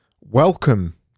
Welcome